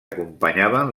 acompanyaven